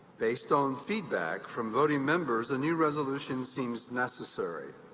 based on feedback from voting members, a new resolution seems necessary.